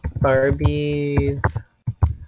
Barbie's